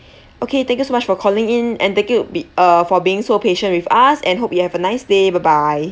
okay thank you so much for calling in and thank you be~ uh for being so patient with us and hope you have a nice day bye bye